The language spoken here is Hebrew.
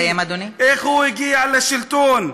איך הוא הגיע לשלטון.